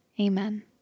Amen